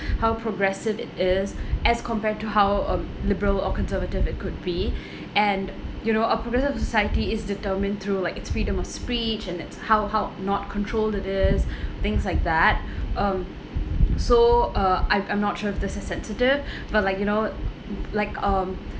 how progressive it is as compared to how um liberal or conservative it could be and you know a progressive society is determined through like it's freedom of speech and it's how how not controlled it is things like that um so uh I'm I'm not sure if this is sensitive but like you know like um